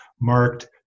marked